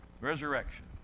Resurrection